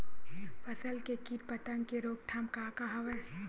फसल के कीट पतंग के रोकथाम का का हवय?